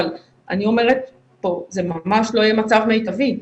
אבל אני אומרת פה שזה ממש לא יהיה מצב מיטבי.